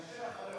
קשה אחרי